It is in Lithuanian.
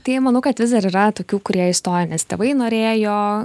tai manau kad vis dar yra tokių kurie įstoja nes tėvai norėjo